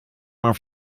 auf